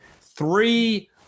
three